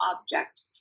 object